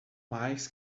mais